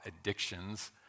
addictions